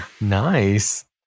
nice